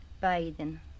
bathing